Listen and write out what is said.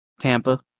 Tampa